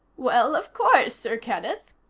well, of course, sir kenneth,